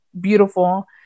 beautiful